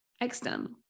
External